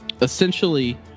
Essentially